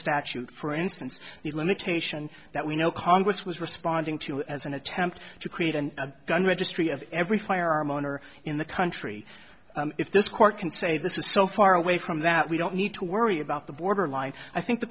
statute for instance the limitation that we know congress was responding to as an attempt to create an a gun registry of every firearm owner in the country if this court can say this is so far away from that we don't need to worry about the borderline i think the